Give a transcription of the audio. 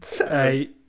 eight